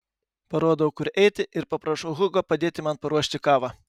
parodau kur eiti ir paprašau hugo padėti man paruošti kavą